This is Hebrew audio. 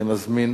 אני מזמין